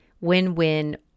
win-win